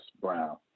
Brown